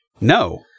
No